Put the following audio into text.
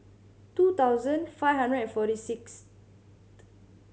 two thousand five hundred and forty sixth